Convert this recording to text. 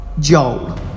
Joel